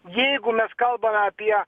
jeigu mes kalbame apie